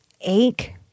ache